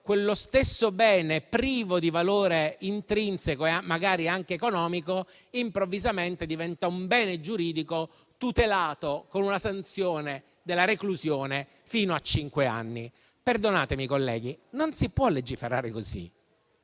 quello stesso bene privo di valore intrinseco e magari anche economico diventa un bene giuridico tutelato con la sanzione della reclusione fino a cinque anni. Perdonatemi, colleghi, non si può legiferare così.